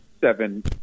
seven